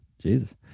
Jesus